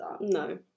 No